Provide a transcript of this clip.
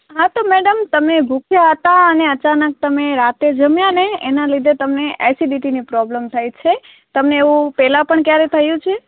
હા તો મેડમ તમે ભૂખ્યાં હતાં અને અચાનક તમે રાતે જમ્યાં ને એનાં લીધે તમને એસિડિટીની પ્રૉબ્લેમ થઇ છે તમને એવું પહેલાં પણ ક્યારેય થયું છે